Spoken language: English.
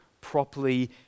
properly